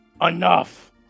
Enough